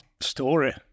story